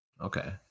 Okay